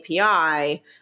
API